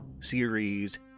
series